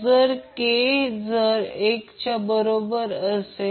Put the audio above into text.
म्हणून आपण त्यांचा स्वतंत्रपणे विचार करीत आहोत